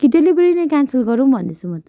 कि डेलिभेरी नै क्यानसल गरौँ भन्दैछु म त